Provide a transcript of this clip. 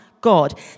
God